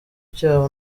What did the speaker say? cyabo